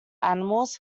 animals